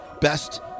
best